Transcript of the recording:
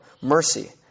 Mercy